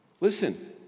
Listen